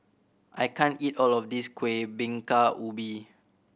I can't eat all of this Kueh Bingka Ubi